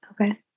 Okay